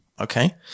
Okay